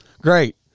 Great